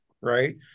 right